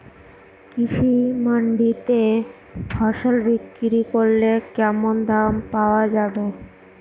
কৃষি মান্ডিতে ফসল বিক্রি করলে কেমন দাম পাওয়া যাবে?